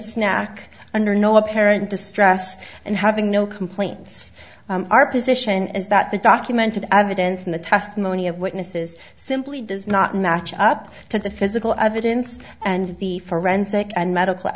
snack under no apparent distress and having complaints our position is that the documented evidence in the testimony of witnesses simply does not match up to the physical evidence and the forensic and medical